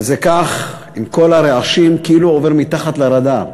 וזה כך, עם כל הרעשים, כאילו עובר מתחת לרדאר.